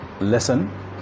lesson